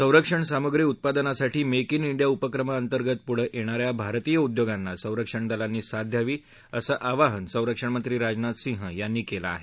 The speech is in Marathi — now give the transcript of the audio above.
संरक्षण सामुग्री उत्पादनासाठी मेक जे डिया उपक्रमाअंतर्गत पुढं येणाऱ्या भारतीय उद्योगांना संरक्षण दलांनी साथ द्यावी असं आवाहन संरक्षणमंत्री राजनाथ सिंह यांनी केलं आहे